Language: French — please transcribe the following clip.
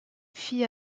fille